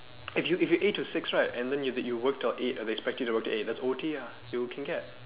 if you if you eight to six right and then if you work til eight or then they expect you to work til eight that's O_T ah you can get